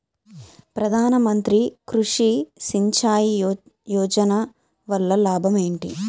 ప్రధాన మంత్రి కృషి సించాయి యోజన వల్ల లాభం ఏంటి?